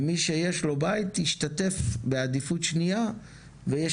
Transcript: למי שיש לו בית ישתתף בעדיפות שניה וישלם